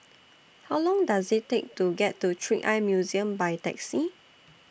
How Long Does IT Take to get to Trick Eye Museum By Taxi